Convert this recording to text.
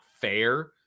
fair